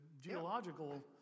geological